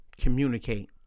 communicate